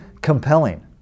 compelling